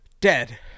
dead